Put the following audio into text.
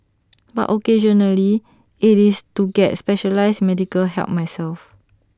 but occasionally IT is to get specialised medical help myself